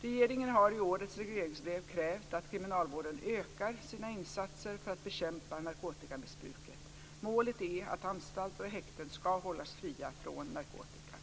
Regeringen har i årets regleringsbrev krävt att kriminalvården ökar sina insatser för att bekämpa narkotikamissbruket. Målet är att anstalter och häkten ska hållas fria från narkotika.